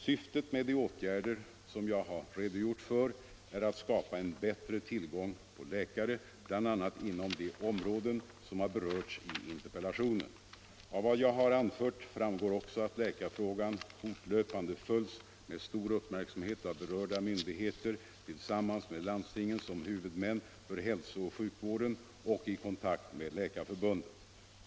Syftet med de åtgärder som jag har redogjort för är att skapa en bättre tillgång på läkare bl.a. inom de områden som har berörts i interpellationen. Av vad jag har anfört framgår också att läkarfrågan fortlöpande följs med stor uppmärksamhet av berörda myndigheter tillsammans med landstingen som huvudmän för hälsooch sjukvården och i kontakt med Läkarförbundet.